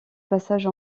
passage